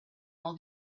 all